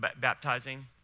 baptizing